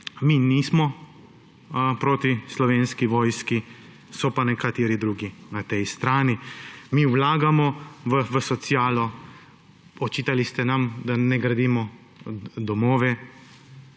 mi nismo proti Slovenski vojski, so pa nekateri drugi na tej strani. Mi vlagamo v socialo. Očitali ste nam, da ne gradimo domov,